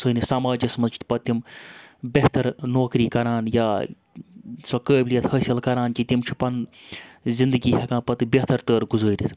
سٲنِس سماجَس منٛز چھِ پَتہٕ تِم بہتر نوکری کَران یا سۄ قٲبلِیت حٲصِل کَران کہِ تِم چھِ پَنُن زِندگی ہیٚکان پَتہٕ بہتر تر گُزٲرِتھ